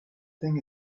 thing